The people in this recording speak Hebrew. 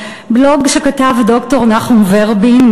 בלוג שכתב ד"ר נחום ורבין,